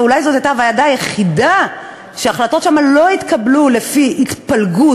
ואולי זאת הייתה הוועדה היחידה שההחלטות שם לא התקבלו לפי התפלגות,